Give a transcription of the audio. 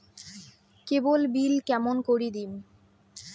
কেবল bill কেমন করি দিম?